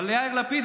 אבל יאיר לפיד,